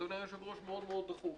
אדוני היושב-ראש מאוד דחוף.